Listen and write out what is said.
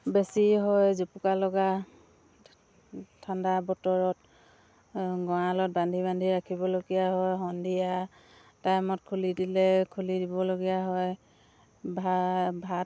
বেছি হয় জুপুকা লগা ঠাণ্ডা বতৰত গঁৰালত বান্ধি বান্ধি ৰাখিবলগীয়া হয় সন্ধিয়া টাইমত খুলি দিলে খুলি দিবলগীয়া হয় ভা ভাত